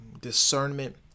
discernment